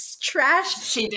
trash